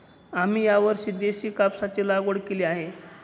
आम्ही यावर्षी देशी कापसाची लागवड केली आहे